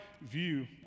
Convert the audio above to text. view